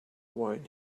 wine